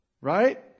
Right